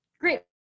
Great